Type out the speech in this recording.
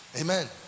amen